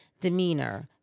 demeanor